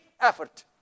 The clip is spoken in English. effort